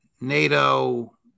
NATO